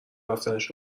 رفتنش